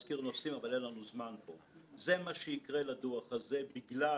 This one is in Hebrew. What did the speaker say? כמי שארבעה עשורים כמעט בתחום הכלכלי אף פעם לא